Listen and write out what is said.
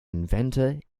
inventor